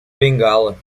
bengala